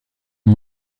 nom